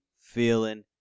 feeling